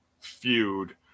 feud